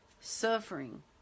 Suffering